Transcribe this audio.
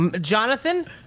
Jonathan